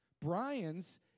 Brian's